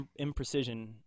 imprecision